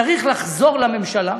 צריך לחזור לממשלה,